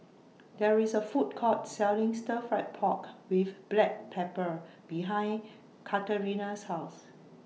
There IS A Food Court Selling Stir Fried Pork with Black Pepper behind Katarina's House